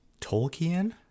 Tolkien